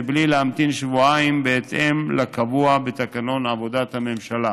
מבלי להמתין שבועיים בהתאם לקבוע בתקנון עבודת הממשלה.